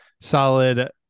solid